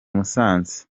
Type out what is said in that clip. musanze